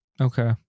Okay